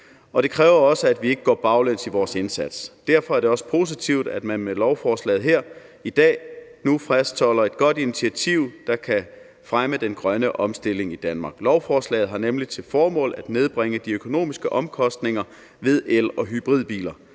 det kræver også, at vi ikke går baglæns i vores indsats. Derfor er det også positivt, at man med lovforslaget her fastholder et godt initiativ, der kan fremme den grønne omstilling i Danmark. Lovforslaget har nemlig til formål at nedbringe de økonomiske omkostninger ved el- og hybridbiler,